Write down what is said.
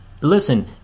Listen